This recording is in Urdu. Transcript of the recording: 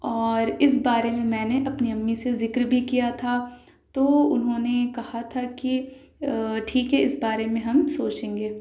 اور اس بارے میں میں نے اپنی امی سے ذکر بھی کیا تھا تو انہوں نے کہا تھا کہ ٹھیک ہے اس بارے میں ہم سوچیں گے